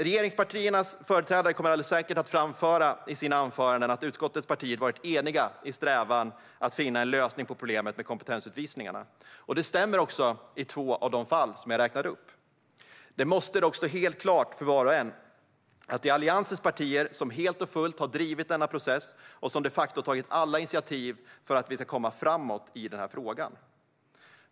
Regeringspartiernas företrädare kommer alldeles säkert att framföra i sina anföranden att utskottets partier varit eniga i strävan att finna en lösning på problemet med kompetensutvisningarna, och det stämmer också i två av de fall som jag räknade upp. Det måste dock stå helt klart för var och en att det är Alliansens partier som helt och fullt har drivit denna process och som de facto har tagit alla initiativ för att vi ska komma framåt i den här frågan.